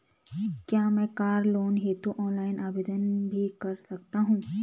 क्या मैं car loan हेतु ऑनलाइन आवेदन भी कर सकता हूँ?